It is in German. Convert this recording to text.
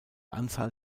anzahl